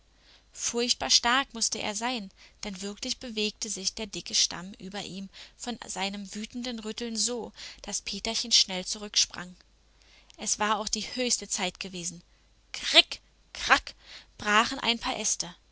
furchtbar stark mußte er sein denn wirklich bewegte sich der dicke stamm über ihm von seinem wütenden rütteln so daß peterchen schnell zurücksprang es war auch die höchste zeit gewesen krick krack brachen ein paar äste